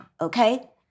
okay